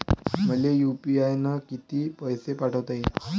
मले यू.पी.आय न किती पैसा पाठवता येईन?